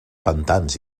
pantans